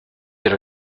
elle